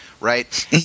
Right